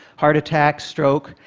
heart attack, stroke.